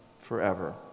forever